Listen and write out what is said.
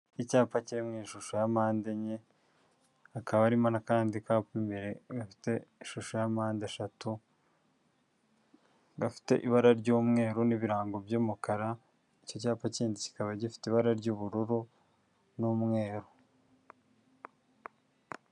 Icyapa kiri mu ishusho ya mpande enye hakaba harimo n'akandi kapa imbere gafite ishusho ya mpande eshatu, gafite ibara ry'umweru n'ibirango by'umukara, icyo cyapa kindi kikaba gifite ibara ry'ubururu n'umweru.